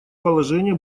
положение